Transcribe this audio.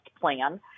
plan